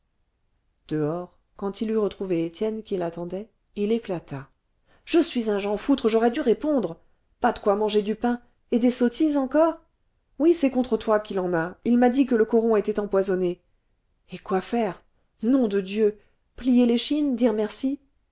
dehors quand il eut retrouvé étienne qui l'attendait il éclata je suis un jean foutre j'aurais dû répondre pas de quoi manger du pain et des sottises encore oui c'est contre toi qu'il en a il m'a dit que le coron était empoisonné et quoi faire nom de dieu plier l'échine dire merci